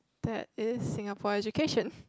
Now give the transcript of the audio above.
that is Singapore education